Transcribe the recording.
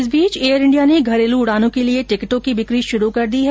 इस बीच Air India ने घरेलु उडानों के लिए टिकिटों की बिकी शुरू कर दी है